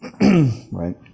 Right